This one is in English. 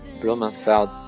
Blumenfeld